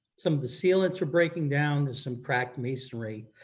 some of the sealants are breaking down, there's some cracked masonry.